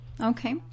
Okay